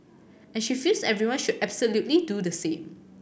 and she feels everyone should absolutely do the same